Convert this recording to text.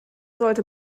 sollte